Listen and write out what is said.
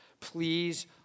Please